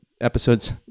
episodes